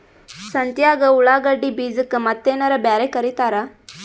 ಸಂತ್ಯಾಗ ಉಳ್ಳಾಗಡ್ಡಿ ಬೀಜಕ್ಕ ಮತ್ತೇನರ ಬ್ಯಾರೆ ಕರಿತಾರ?